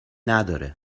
نداره